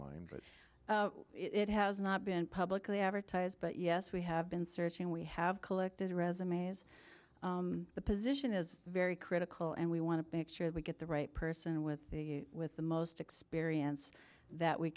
online but it has not been publicly advertised but yes we have been searching we have collected resumes the position is very critical and we want to make sure that we get the right person with the with the most experience that we